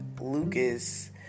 lucas